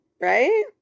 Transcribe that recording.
right